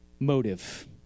Motive